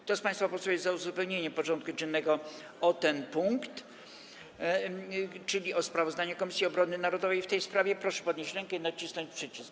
Kto z państwa posłów jest za uzupełnieniem porządku dziennego o ten punkt, czyli o sprawozdanie Komisji Obrony Narodowej w tej sprawie, proszę podnieść rękę i nacisnąć przycisk.